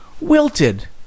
wilted